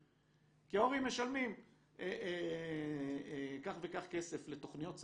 בטח שיש פתרונות אחרים כי ההורים משלמים כך וכך כסף לתוכניות,